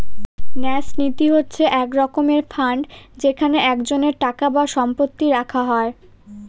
ন্যাস নীতি হচ্ছে এক রকমের ফান্ড যেখানে একজনের টাকা বা সম্পত্তি রাখা হয়